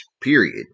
period